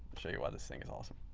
show you why this thing is awesome.